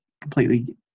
completely